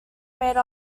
made